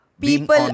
people